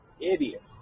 idiot